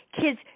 Kids